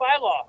bylaw